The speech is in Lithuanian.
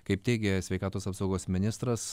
kaip teigė sveikatos apsaugos ministras